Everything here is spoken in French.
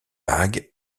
bag